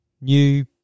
New